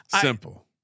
simple